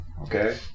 okay